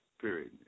period